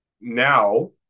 now